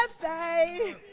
birthday